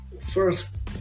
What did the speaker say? first